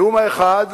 הנאום האחד